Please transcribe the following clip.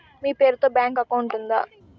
మీ పేరు తో bank account ఉందా?